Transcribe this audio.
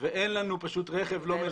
ואין פשוט רכב לא מזהם גדול.